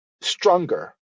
stronger